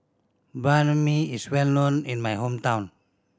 Banh Mi is well known in my hometown